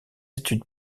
études